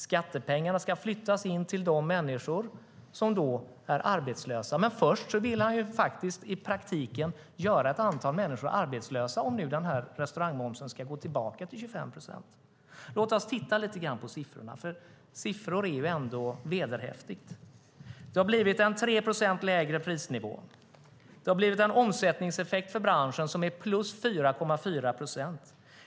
Skattepengarna ska flyttas till de människor som är arbetslösa. Men först vill Krister Örnfjäder i praktiken göra ett antal människor arbetslösa, om restaurangmomsen nu ska gå tillbaka till 25 procent. Låt oss titta lite grann på siffrorna, för siffror är ändå vederhäftigt. Det har blivit 3 procent lägre prisnivå. Det har blivit en omsättningseffekt för branschen som är plus 4,4 procent.